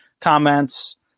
comments